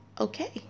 Okay